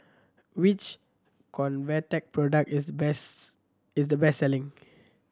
which Convatec product is best is the best selling